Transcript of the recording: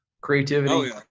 creativity